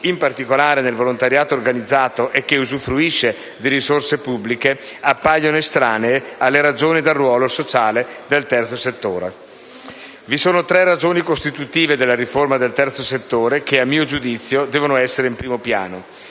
in particolare nel volontariato organizzato che usufruisce di risorse pubbliche, appaiono estranee alle ragioni e al molo sociale del terzo settore. Vi sono tre ragioni costitutive della riforma del terzo settore che - a mio giudizio - devono essere in primo piano.